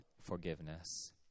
forgiveness